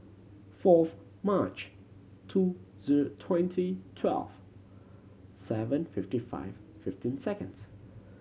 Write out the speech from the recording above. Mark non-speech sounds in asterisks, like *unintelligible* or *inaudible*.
fourth March two *unintelligible* twenty twelve seven fifty five fifteen seconds